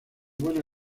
buena